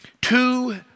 Two